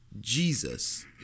Jesus